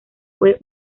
fue